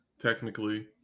technically